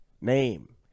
Name